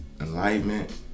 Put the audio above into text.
enlightenment